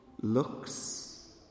looks